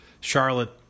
Charlotte